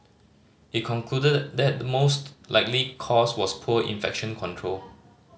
it concluded that the most likely cause was poor infection control